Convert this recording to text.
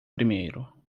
primeiro